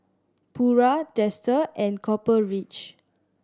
Pura Dester and Copper Ridge